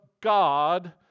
God